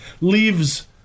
leaves